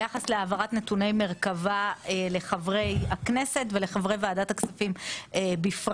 ביחס להעברת נתוני מרכבה לחברי הכנסת בכלל ולחברי ועדת הכספים בפרט.